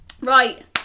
right